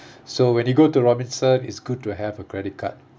so when you go to robinson it's good to have a credit card